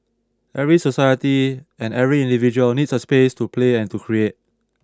every society and every individual needs a space to play and to create